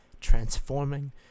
transforming